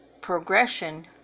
progression